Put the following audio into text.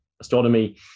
astronomy